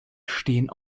stehen